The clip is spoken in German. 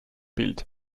bild